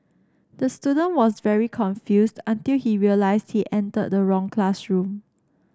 the student was very confused until he realised he entered the wrong classroom